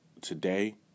today